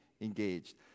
engaged